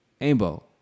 aimbo